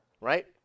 right